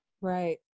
Right